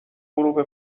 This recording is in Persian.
غروب